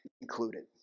included